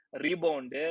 rebound